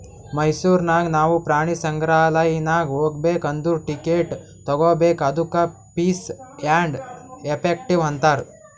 ಮೈಸೂರ್ ನಾಗ್ ನಾವು ಪ್ರಾಣಿ ಸಂಗ್ರಾಲಯ್ ನಾಗ್ ಹೋಗ್ಬೇಕ್ ಅಂದುರ್ ಟಿಕೆಟ್ ತಗೋಬೇಕ್ ಅದ್ದುಕ ಫೀಸ್ ಆ್ಯಂಡ್ ಎಫೆಕ್ಟಿವ್ ಅಂತಾರ್